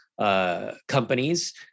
Companies